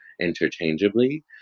interchangeably